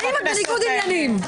האם את בניגוד עניינים?